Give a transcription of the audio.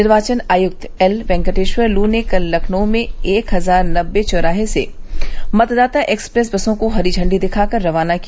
निर्वाचन आयुक्त L Venkateshwarlu ने कल लखनऊ में एक हजार नबे चौराहे से मतदाता एक्सप्रेस बसों को हरी झंडी दिखा कर रवाना किया